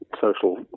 social